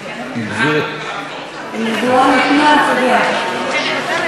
הבטיחו ולא קיימו, הנבואה ניתנה, אתה יודע,